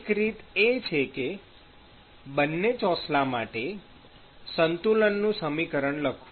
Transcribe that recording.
એક રીત એ છે કે બંને ચોસલા માટે સંતુલનનું સમીકરણ લખવું